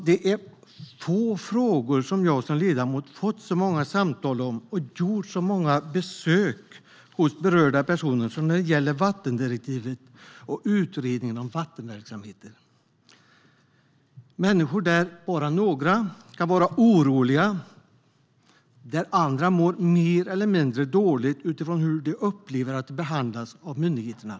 Det är få frågor som jag som ledamot fått så många samtal och gjort så många besök hos berörda personer om som när det gäller vattendirektivet och utredningen om vattenverksamheter. Några av de här människorna är oroliga, och andra mår mer eller mindre dåligt utifrån hur de upplever att de behandlats av myndigheterna.